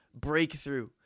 Breakthrough